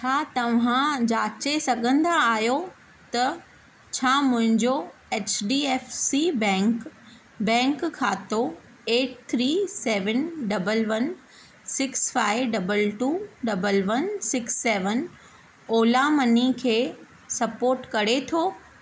छा तव्हां जांचे सघंदा आहियो त छा मुंहिंजो H D F C bank bank खातो eight three seven double one six five double two double one six seven Ola money खे सपोर्ट करे थो